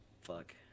Fuck